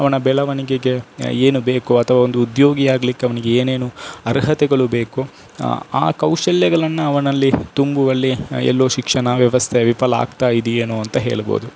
ಅವನ ಬೆಳವಣಿಗೆಗೆ ಏನು ಬೇಕೋ ಅಥವಾ ಒಂದು ಉದ್ಯೋಗಿಯಾಗ್ಲಿಕ್ಕೆ ಅವ್ನಿಗೆ ಏನೇನು ಅರ್ಹತೆಗಳು ಬೇಕು ಆ ಆ ಕೌಶಲ್ಯಗಳನ್ನು ಅವನಲ್ಲಿ ತುಂಬುವಲ್ಲಿ ಎಲ್ಲೋ ಶಿಕ್ಷಣ ವ್ಯವಸ್ಥೆ ವಿಫಲ ಆಗ್ತಾ ಇದೆಯೇನೋ ಅಂತ ಹೇಳ್ಬೋದು